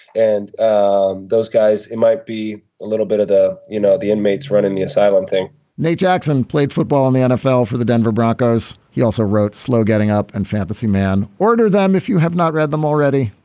and and those guys it might be a little bit of the you know the inmates running the asylum thing nate jackson played football in the nfl for the denver broncos. he also wrote slow getting up and fantasy man order them if you have not read them already.